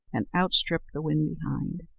and outstripped the wind behind.